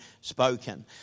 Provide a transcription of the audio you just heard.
spoken